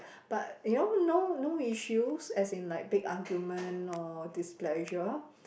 but you know no no issues as in like big argument or displeasure